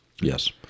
Yes